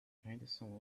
henderson